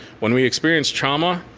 when we experience trauma,